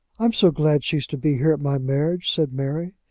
i'm so glad she's to be here at my marriage, said mary,